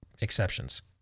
exceptions